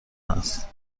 هست